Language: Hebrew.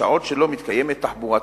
בשעות שלא מתקיימת תחבורה ציבורית.